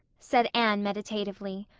said anne meditatively.